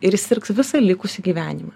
ir jis sirgs visą likusį gyvenimą